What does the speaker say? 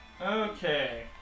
Okay